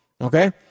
okay